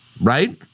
Right